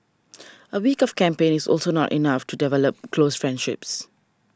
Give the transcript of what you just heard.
a week of camp is also not enough to develop close friendships